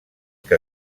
que